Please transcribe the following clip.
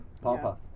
Papa